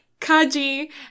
Kaji